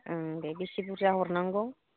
ओं दे बेसे बुरजा हरनांगौ